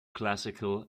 classical